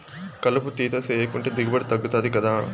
కలుపు తీత సేయకంటే దిగుబడి తగ్గుతది గదా